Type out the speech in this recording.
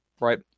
Right